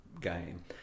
game